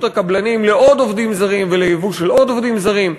הקבלנים לעוד עובדים זרים ולייבוא עוד עובדים זרים.